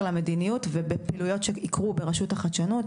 למדיניות ובפעילויות שיקרו ברשות לחדשנות.